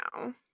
now